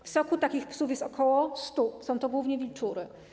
W SOK-u takich psów jest ok. 100, są to głównie wilczury.